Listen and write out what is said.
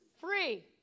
free